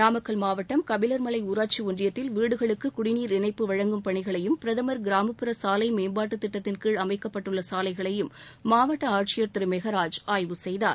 நாமக்கல் மாவட்டம் கபிலர்மலை ஊராட்சி ஒன்றியத்தில் வீடுகளுக்கு குடிநீர் இணைப்பு வழங்கும் பணிகளையும் பிரதமர் கிராமப்புற சாலை மேம்பாட்டுத்திட்டத்தின்கீழ் அமைக்கப்பட்டுள்ள சாலைகளையும் மாவட்ட ஆட்சியர் திரு மெகராஜ் ஆய்வு செய்தார்